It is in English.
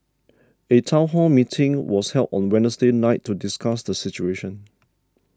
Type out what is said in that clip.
a town hall meeting was held on Wednesday night to discuss the situation